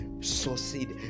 succeed